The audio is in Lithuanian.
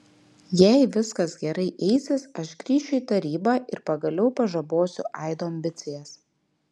jei viskas gerai eisis aš grįšiu į tarybą ir pagaliau pažabosiu aido ambicijas